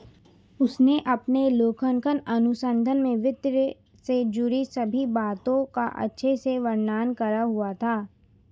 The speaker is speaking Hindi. उसने अपने लेखांकन अनुसंधान में वित्त से जुड़ी सभी बातों का अच्छे से वर्णन करा हुआ था